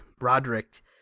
Roderick